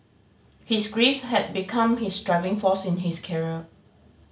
his grief had become his driving force in his career